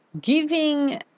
Giving